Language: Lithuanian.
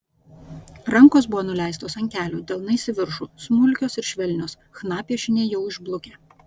rankos buvo nuleistos ant kelių delnais į viršų smulkios ir švelnios chna piešiniai jau išblukę